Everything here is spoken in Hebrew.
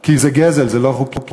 כי זה גזל, זה לא חוקי,